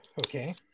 Okay